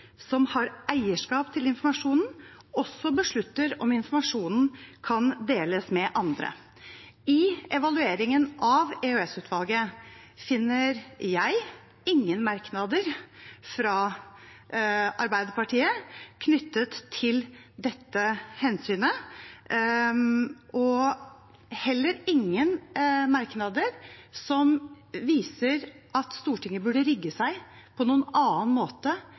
som har eierskap til informasjonen, også beslutter om informasjonen kan deles med andre. I evalueringen av EOS-utvalget finner jeg ingen merknader fra Arbeiderpartiet knyttet til dette hensynet, og heller ingen merknader som viser at Stortinget burde rigge seg på noen annen måte